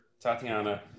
Tatiana